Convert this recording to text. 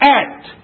act